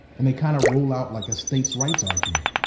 and they kind of roll out like a states' rights argument.